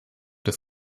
des